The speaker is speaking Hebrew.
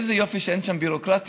ואיזה יופי שאין שם ביורוקרטיה: